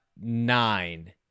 nine